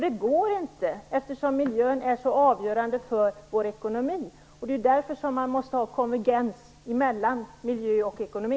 Det går inte, miljön är avgörande för vår ekonomi. Det är därför man måste ha konvergens mellan miljö och ekonomi.